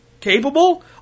capable